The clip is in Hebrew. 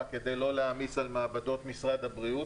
כדי שלא להעמיס על מעבדות משרד הבריאות.